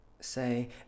Say